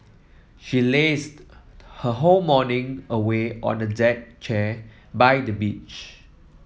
she lazed her whole morning away on a deck chair by the beach